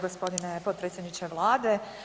Gospodine potpredsjedniče Vlade.